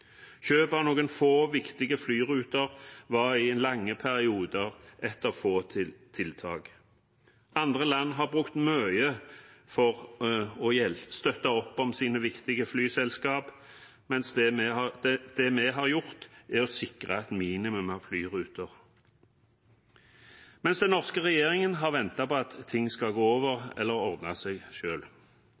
Kjøp av noen få viktige flyruter var i lange perioder ett av få tiltak. Andre land har brukt mye for å støtte opp om sine viktige flyselskap, mens det vi har gjort, er å sikre et minimum av flyruter – mens den norske regjeringen har ventet på at ting skal gå over eller ordne seg